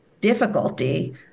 difficulty